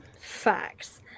Facts